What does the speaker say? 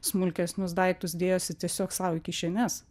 smulkesnius daiktus dėjosi tiesiog sau į kišenes